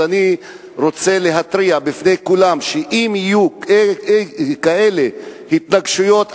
אז אני רוצה להתריע בפני כולם שאם יהיו כאלה התנגשויות,